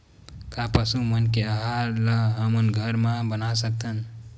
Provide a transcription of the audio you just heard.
का पशु मन के आहार ला हमन घर मा बना सकथन?